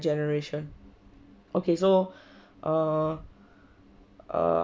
generation okay so err err